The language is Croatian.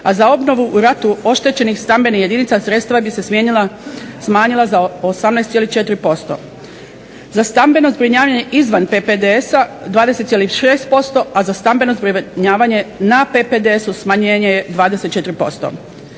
a za obnovu u ratu oštećenih stambenih jedinica sredstva bi se smanjila za 18,4%. Za stambeno zbrinjavanje izvan PPDS-a 20,6% a za stambeno zbrinjavanje na PPDS-u smanjenje je 24%.